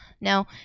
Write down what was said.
Now